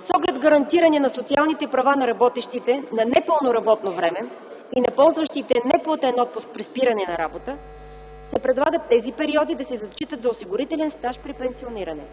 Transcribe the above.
С оглед гарантиране на социалните права на работещите на непълно работно време и на ползващите „неплатен отпуск при спиране на работа” се предлага тези периоди да се зачитат за осигурителен стаж при пенсиониране.